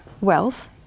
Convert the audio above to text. wealth